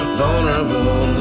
vulnerable